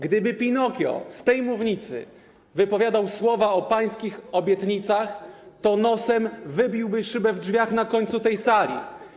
Gdyby Pinokio z tej mównicy wypowiadał słowa o pańskich obietnicach, to nosem wybiłby szybę w drzwiach na końcu tej sali.